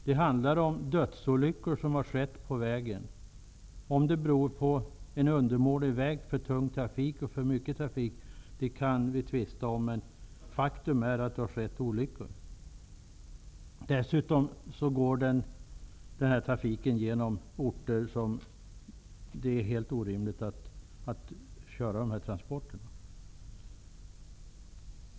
Det har skett dödsolyckor på vägen. Om detta beror på en undermålig väg för tung trafik eller för mycket trafik kan vi tvista om, men faktum är att det har skett olyckor. Dessutom går denna trafik genom orter där det är helt orimligt att köra dessa transporter.